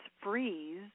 freeze